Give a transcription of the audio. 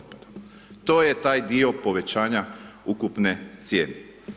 To je taj dio povećanja ukupne cijene.